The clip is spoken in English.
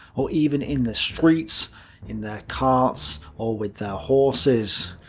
or even in the streets in their carts or with their horses.